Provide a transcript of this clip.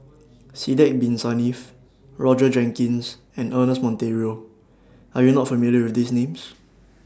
Sidek Bin Saniff Roger Jenkins and Ernest Monteiro Are YOU not familiar with These Names